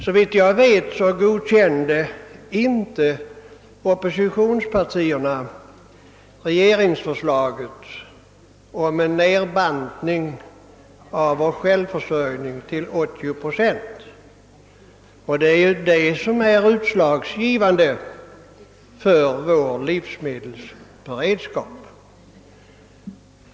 Såvitt jag vet godkände inte oppositionspartierna regeringens förslag om en nedbantning av vår självförsörjning till 80 procent; det är ju det som är utslagsgivande för vår livsmedelsberedskap.